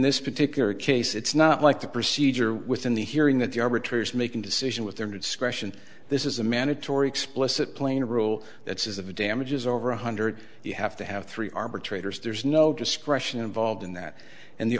this particular case it's not like the procedure within the hearing that the arbitrary is making decision with their discretion this is a mandatory explicit plain rule that says of damages over one hundred you have to have three arbitrators there's no discretion involved in that and the